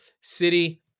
City